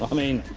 ah mean,